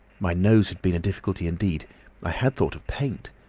my nose had been a difficulty indeed i had thought of paint.